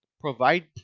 provide